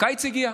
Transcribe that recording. הקיץ הגיע.